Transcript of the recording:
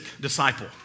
disciple